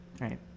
right